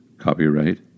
Copyright